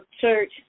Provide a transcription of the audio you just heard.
church